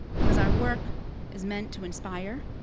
because our work is meant to inspire.